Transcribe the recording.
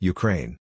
Ukraine